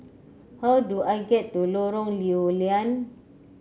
how do I get to Lorong Lew Lian